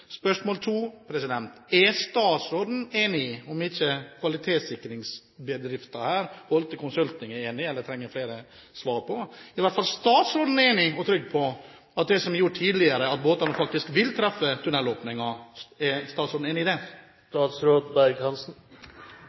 Om ikke kvalitetssikringsbedriften Holte Consulting er enig, eller trenger flere svar, er i hvert fall statsråden enig i og trygg på det som er utredet tidligere, at båtene faktisk vil treffe tunnelåpningen? Kvalitetssikringen er ikke ferdigstilt, i og med at det